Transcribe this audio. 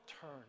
turn